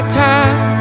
time